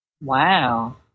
Wow